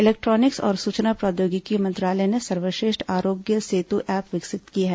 electronics और सूचना प्रौद्योगिकी मंत्रालय ने सर्वश्रेष्ठ आरोग्य सेतु एप विकसित की है